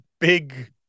big